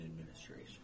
administration